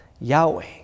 Yahweh